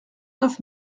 neuf